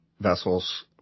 vessels